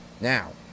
Now